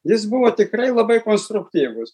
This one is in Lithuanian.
jis buvo tikrai labai konstruktyvus